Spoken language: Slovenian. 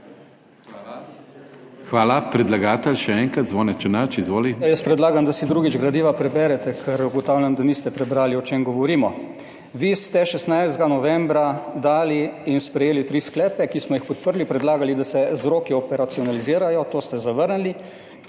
Hvala. Predlagatelj, še enkrat, Zvone Černač, izvoli. **ZVONKO ČERNAČ (PS SDS):** Jaz predlagam, da si drugič gradiva preberete, ker ugotavljam, da niste prebrali, o čem govorimo. Vi ste 16. novembra dali in sprejeli tri sklepe, ki smo jih podprli, predlagali, da se z roki operacionalizirajo, to ste zavrnili